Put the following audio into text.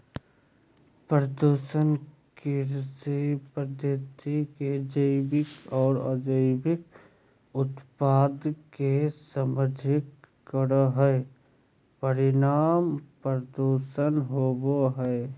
प्रदूषण कृषि पद्धति के जैविक आर अजैविक उत्पाद के संदर्भित करई हई, परिणाम प्रदूषण होवई हई